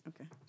okay